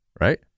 right